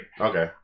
Okay